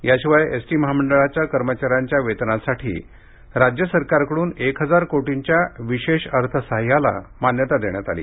याशिवाय एसटी महामंडळाच्या कर्मचाऱ्यांच्या वेतनासाठी राज्य सरकारकडून एक हजार कोटींच्या विशेष अर्थसहाय्याला मान्यता देण्यात आली